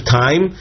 time